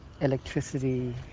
electricity